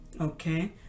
Okay